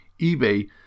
eBay